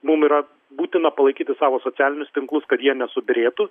mum yra būtina palaikyti savo socialinius tinklus kad jie nesubyrėtų